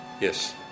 Yes